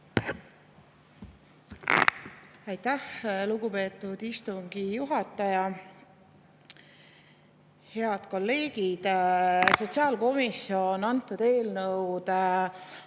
Aitäh, lugupeetud istungi juhataja! Head kolleegid! Sotsiaalkomisjon arutas antud